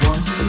One